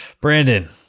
Brandon